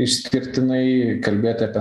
išskirtinai kalbėti apie